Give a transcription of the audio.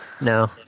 No